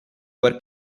were